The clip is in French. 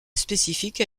spécifique